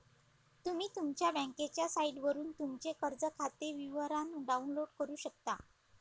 तुम्ही तुमच्या बँकेच्या साइटवरून तुमचे कर्ज खाते विवरण डाउनलोड करू शकता